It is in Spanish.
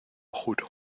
juro